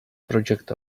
project